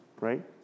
right